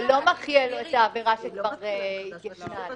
זה לא מחיה לו את העבירה שכבר התיישנה לו.